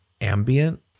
ambient